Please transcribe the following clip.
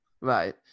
Right